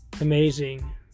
amazing